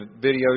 videos